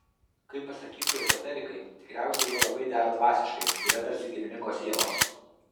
kaip pasakytų ezoterikai tikriausiai jie labai dera dvasiškai yra tarsi giminingos sielos